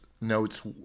notes